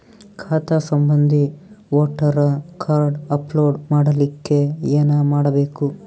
ಖಾತಾ ಸಂಬಂಧಿ voter card upload ಮಾಡಲಿಕ್ಕೆ ಏನ ಮಾಡಬೇಕು?